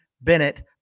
Bennett